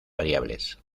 variables